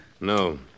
No